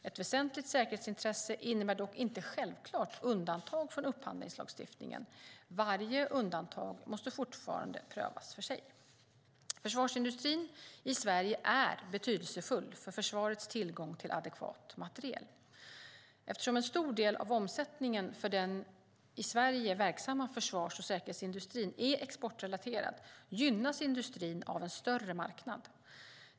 Ett väsentligt säkerhetsintresse innebär dock inte självklart undantag från upphandlingslagstiftningen. Varje undantag måste fortfarande prövas för sig. Försvarsindustrin i Sverige är betydelsefull för försvarets tillgång till adekvat materiel. Eftersom en stor del av omsättningen för den i Sverige verksamma försvars och säkerhetsindustrin är exportrelaterad gynnas industrin av en större marknad.